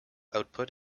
output